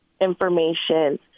information